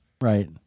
Right